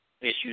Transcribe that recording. issues